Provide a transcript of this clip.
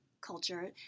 culture